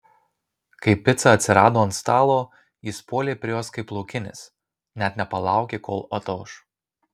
kai pica atsirado ant stalo jis puolė prie jos kaip laukinis net nepalaukė kol atauš